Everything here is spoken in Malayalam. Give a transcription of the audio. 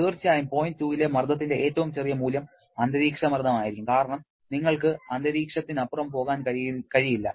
തീർച്ചയായും പോയിന്റ് 2 ലെ മർദ്ദത്തിന്റെ ഏറ്റവും ചെറിയ മൂല്യം അന്തരീക്ഷമർദ്ദമായിരിക്കും കാരണം നിങ്ങൾക്ക് അന്തരീക്ഷത്തിനപ്പുറം പോകാൻ കഴിയില്ല